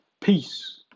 Peace